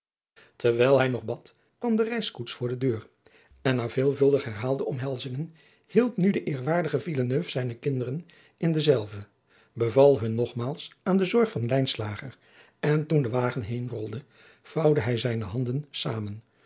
terwijl hij nog bad kwam de reiskoets voor de deur en na veelvuldig herhaalde omhelzingen hielp nu de eerwaardige villeneuve zijne kinderen in dezelve beval hun nogmaals aan de zorg van lijnslager en toen de wagen heenrolde vouwde hij zijne handen zamen